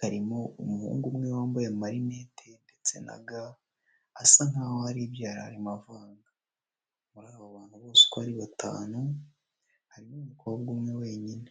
harimo umuhungu umwe wambaye amarinete ndetse na ga asa nk'aho hari ibya yari arimo avanga, muri abo bantu bose uko ari batanu harimo umukobwa umwe wenyine.